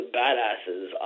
badasses